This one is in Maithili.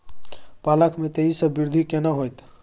पालक में तेजी स वृद्धि केना होयत?